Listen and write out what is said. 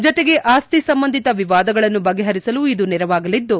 ಜತೆಗೆ ಆಸ್ತಿ ಸಂಬಂಧಿತ ವಿವಾದಗಳನ್ನು ಬಗೆಹರಿಸಲು ಇದು ನೆರವಾಗಲಿದ್ದು